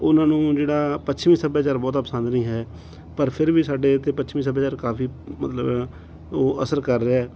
ਉਹਨਾਂ ਨੂੰ ਜਿਹੜਾ ਪੱਛਮੀ ਸੱਭਿਆਚਾਰ ਬਹੁਤਾ ਪਸੰਦ ਨਹੀਂ ਹੈ ਪਰ ਫਿਰ ਵੀ ਸਾਡੇ ਇੱਥੇ ਪੱਛਮੀ ਸੱਭਿਆਚਾਰ ਕਾਫੀ ਮਤਲਬ ਉਹ ਅਸਰ ਕਰ ਰਿਹਾ ਹੈ